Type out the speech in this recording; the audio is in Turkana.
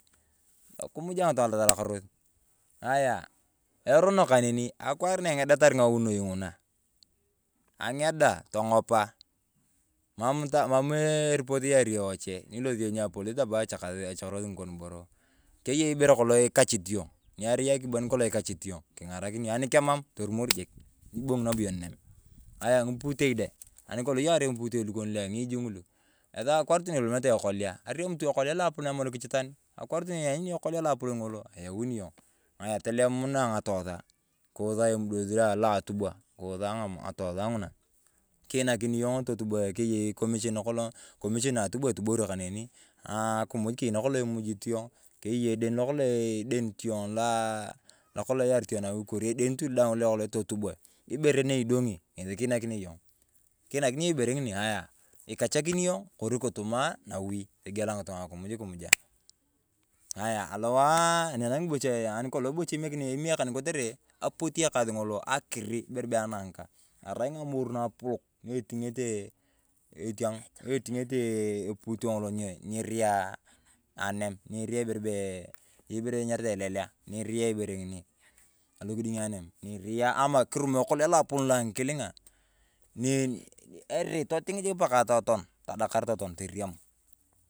Kimuja ng'itung'a tolakaros. Ng’anya erono kaneni, akwaar na eng’edatar ng’aunoi ng'unaa. Ang’edaa tong’opaa. Emam mamu erepot iyaari yong wache. Nyilosi yong ni apolis tabar achakarosing’ikon boroo. Keyei kolong ibere ikachit iyong nyirai akibon kolong ikachit yong, king’arakini yong, king'arakini yong, ani kemamu toromor jik nyibong’i nabo yong nanam. Ayaa ng’iputei dee, anikolong eyakar yong ng'iputei lukon lu ang’iiji ng’ilu. Akwaar tu nakodunete ekolia, areamu tu ekolia luapolon ng’olo, eyani yong tolemunae ng’atosa kiusaya mdos lo atubwa, kiusaya ng’atosa ng’una. Kiinakin yong'oo totuboe keyei komishen naakolong, komishen na atubwa, etuborio kaneni, aah akimuj keyei nakdong imujit yong, keyei eden lokolong idenit yong lo loa kolong iyarit yong nawi kus, eden tu daang looking totuboe. Ibere ni idong’i ng'esi kiinakirio yong. Kiinakirio yong ibere ng'ina aya ikachekini yong kori kitumaa nawi togiela ng'itung'a akimuj kimujaa. Aya alowae ani enang’i bocha kolong bocha imeeakaan kotere apuut ekas ng’olo akirii ibere bee anakaa arai ng’amor napolok na eting’ete eting’a na eting’ete eting’a na eting'ete eeh epute ng’olo nyirai anem, nyirai ibere bee enyaritae elelea, nyirai ibere ng'ini. Alokiding anam nyirai kirum ekolia lo ang’ikiling’a, nye erii toting jik paa toton todakar toton toriam.